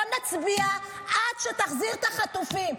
לא נצביע עד שתחזיר את החטופים.